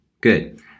Good